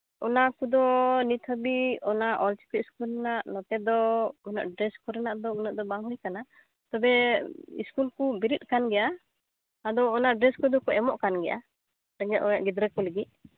ᱚᱱᱟ ᱠᱚᱫᱚ ᱱᱤᱛ ᱦᱟᱹᱵᱤᱡ ᱚᱱᱟ ᱚᱞᱪᱤᱠᱤ ᱤᱥᱠᱩᱞ ᱨᱮᱱᱟᱜ ᱱᱚᱛᱮ ᱫᱚ ᱩᱱᱟᱹᱜ ᱰᱨᱮᱥ ᱠᱚᱨᱮᱱᱟᱜ ᱫᱚ ᱩᱱᱟᱹᱜ ᱫᱚ ᱵᱟᱝ ᱦᱩᱭ ᱟᱠᱟᱱᱟ ᱛᱚᱵᱮ ᱤᱥᱠᱩᱞ ᱠᱚ ᱵᱮᱨᱮᱫ ᱟᱠᱟᱱ ᱜᱮᱭᱟ ᱟᱫᱚ ᱚᱱᱟ ᱰᱨᱮᱥ ᱠᱚᱫᱚ ᱠᱚ ᱮᱢᱚᱜ ᱠᱟᱱ ᱜᱮᱭᱟ ᱨᱮᱸᱜᱮᱡ ᱚᱨᱮᱡ ᱜᱤᱫᱽᱨᱟᱹ ᱠᱚ ᱞᱟᱹᱜᱤᱫ